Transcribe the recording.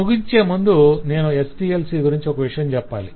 ముగించే ముందు నేను SDLC గురించి ఒక విషయం చెప్పాలి